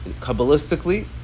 kabbalistically